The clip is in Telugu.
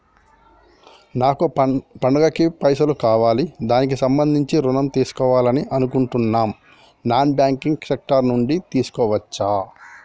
నాకు పండగ కి పైసలు కావాలి దానికి సంబంధించి ఋణం తీసుకోవాలని అనుకుంటున్నం నాన్ బ్యాంకింగ్ సెక్టార్ నుంచి తీసుకోవచ్చా?